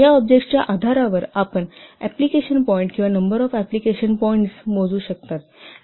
या ऑब्जेक्ट्सच्या आधारावर आपण एप्लिकेशन पॉईंट किंवा नंबर ऑफ एप्लिकेशन पॉईंट्स मोजू शकता